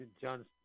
John